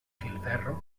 filferro